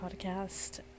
podcast